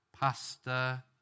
Pasta